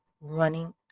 running